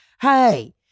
hey